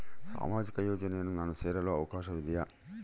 ಸಾಮಾಜಿಕ ಯೋಜನೆಯನ್ನು ನಾನು ಸೇರಲು ಅವಕಾಶವಿದೆಯಾ?